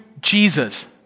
Jesus